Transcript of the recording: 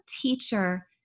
teacher